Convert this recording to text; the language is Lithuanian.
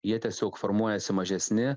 jie tiesiog formuojasi mažesni